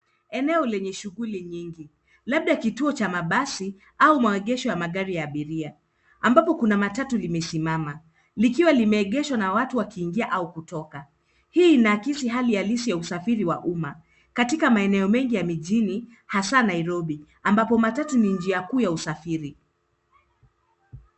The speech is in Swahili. Eneo lenye shughuli nyingi labda kituo cha mabasi au maegesho ya magari ya abiria ambapo kuna matatu imesimama likiwa limeegeshwa na watu wakiingia au kutoka. Hii inaakisi hali halisi ya usafiri wa umma katika maeneo mengi ya mijini hasa Nairobi, ambapo matatu ni njia kuu ya usafiri.